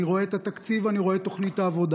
אני רואה את התקציב, אני רואה את תוכנית העבודה.